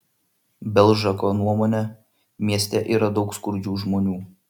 belžako nuomone mieste yra daug skurdžių žmonių